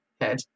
head